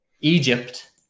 Egypt